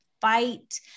fight